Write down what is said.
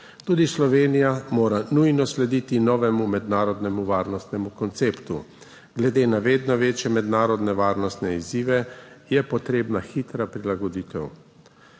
Tudi Slovenija mora nujno slediti novemu mednarodnemu varnostnemu konceptu. Glede na vedno večje mednarodne varnostne izzive je potrebna hitra prilagoditev.